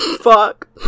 fuck